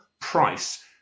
price